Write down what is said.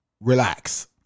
relax